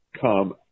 come